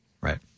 Right